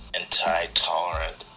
anti-tolerant